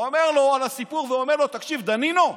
ואומר לו על הסיפור: תקשיב, דנינו,